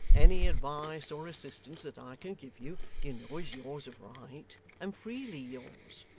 any advice or assistance that i can give you, you know is yours of right, and freely yours